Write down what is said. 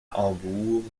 hambourg